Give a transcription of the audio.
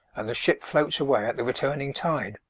and the ship floats away at the returning tide.